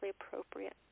appropriate